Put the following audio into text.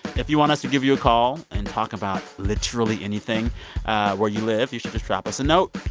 if you want us to give you a call and talk about literally anything where you live, you should just drop us a note.